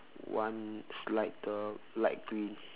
one slighter light green